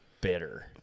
bitter